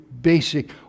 basic